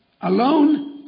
Alone